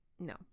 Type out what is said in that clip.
no